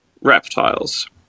reptiles